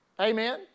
Amen